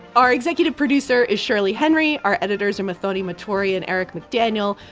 our executive producer is shirley henry. our editors are muthoni muturi and eric mcdaniel.